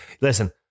Listen